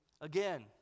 again